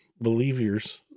believers